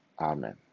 Amen